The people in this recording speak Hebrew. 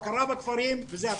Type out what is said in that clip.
הכרה בכפרים וזה הפתרון.